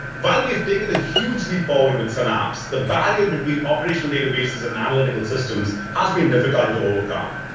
while we've taken a huge leap forward with synapse, the barrier between operational databases and analytical systems has been difficult to overcome.